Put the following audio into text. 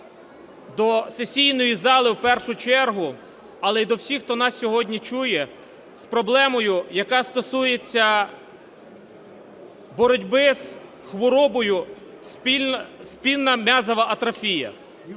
до сесійної зали в першу чергу, але і до всіх, хто нас сьогодні чує, з проблемою, яка стосується боротьби з хворобою спинна м'язова атрофія.